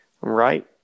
Right